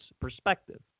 perspective